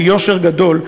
ביושר גדול,